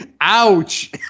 Ouch